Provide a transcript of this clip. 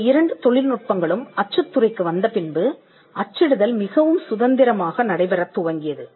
இந்த இரண்டு தொழில் நுட்பங்களும் அச்சுத் துறைக்கு வந்த பின்பு அச்சிடுதல் மிகவும் சுதந்திரமாக நடைபெறத் துவங்கியது